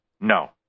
No